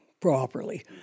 properly